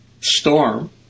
storm